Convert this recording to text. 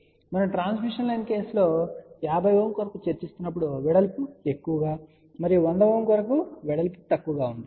కాబట్టి మనం transmission line కేసులో 50Ω కొరకు చర్చిస్తున్నప్పుడు వెడల్పు ఎక్కువగా మరియు 100 Ω కొరకు వెడల్పు తక్కువగా ఉంటుంది